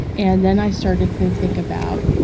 and then i started to think about,